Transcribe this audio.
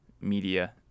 media